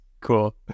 Cool